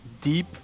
deep